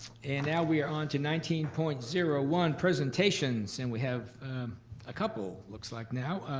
and now we are on to nineteen point zero one, presentations, and we have a couple, looks like now.